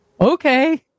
okay